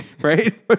right